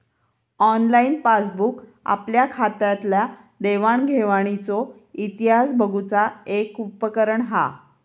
online passbook आपल्या खात्यातल्या देवाण घेवाणीचो इतिहास बघुचा एक उपकरण हा